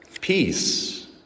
peace